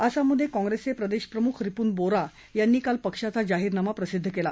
आसाममधे काँप्रेसचे प्रदेश प्रमुख रिपून बोरा यांनी काल पक्षाचा जाहीरनामा प्रसिद्ध केला